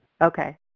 Okay